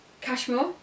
Cashmore